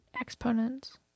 exponents